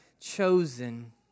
chosen